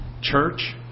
church